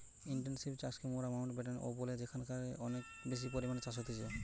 intensive চাষকে মোরা মাউন্টব্যাটেন ও বলি যেখানকারে অনেক বেশি পরিমাণে চাষ হতিছে